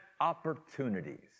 opportunities